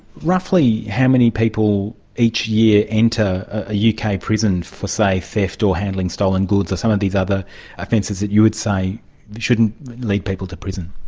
roughly how many people each year enter a uk kind of prison for, say, theft or handling stolen goods or some of these other offences that you would say shouldn't lead people to prison?